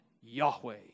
Yahweh